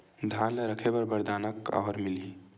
धान ल रखे बर बारदाना काबर मिलही?